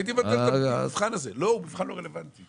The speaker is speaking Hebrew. הייתי מגדיר את המבחן הזה, לא מבחן רלוונטי.